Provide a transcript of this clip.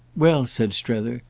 well, said strether,